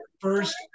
first